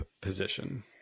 position